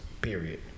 Period